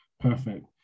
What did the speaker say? Perfect